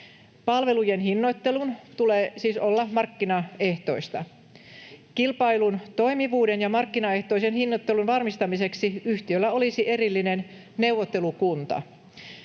Palvelujen hinnoittelun tulee siis olla markkinaehtoista. Kilpailun toimivuuden ja markkinaehtoisen hinnoittelun varmistamiseksi yhtiöllä olisi erillinen neuvottelukunta.